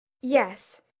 Yes